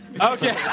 Okay